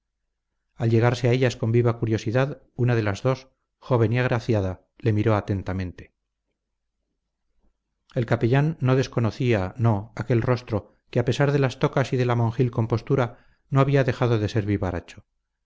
al llegarse a ellas con viva curiosidad una de las dos joven y agraciada le miró atentamente el capellán no desconocía no aquel rostro que a pesar de las tocas y de la monjil compostura no había dejado de ser vivaracho